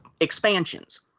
expansions